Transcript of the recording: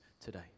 today